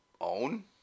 own